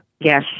Yes